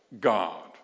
God